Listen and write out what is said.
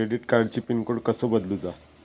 Credit कार्डची pin code कसो बदलुचा?